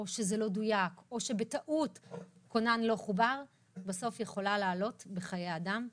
או שזה לא דויק או שבטעות כונן לא חובר - יכולה לעלות בסוף בחיי אדם.